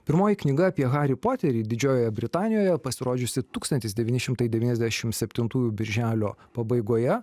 pirmoji knyga apie harį poterį didžiojoje britanijoje pasirodžiusi tūkstantis devyni šimtai devyniasdešimt septintųjų birželio pabaigoje